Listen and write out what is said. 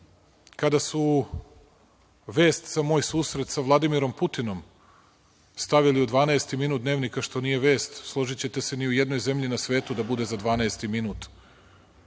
kada su vest za moj susret sa Vladimirom Putinom stavili u dvanaesti minut Dnevnika, što nije vest, složićete se, ni u jednoj zemlji na svetu da bude za dvanaesti